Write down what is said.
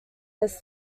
this